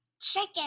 Chicken